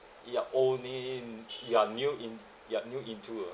you're only in you're new in you're new into a